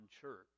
church